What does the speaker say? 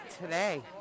Today